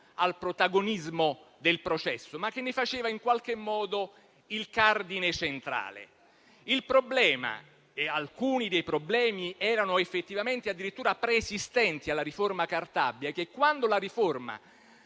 al protagonismo del processo, ma che ne faceva in qualche modo il cardine centrale. Il problema - alcuni problemi erano effettivamente addirittura preesistenti alla riforma Cartabia - è che, quando la riforma